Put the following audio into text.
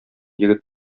егет